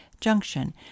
Junction